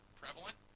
prevalent